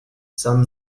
some